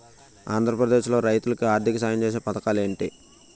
ఆంధ్రప్రదేశ్ లో రైతులు కి ఆర్థిక సాయం ఛేసే పథకాలు ఏంటి?